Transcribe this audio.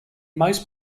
most